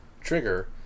trigger